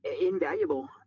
invaluable